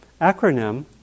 acronym